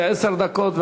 לעשר דקות,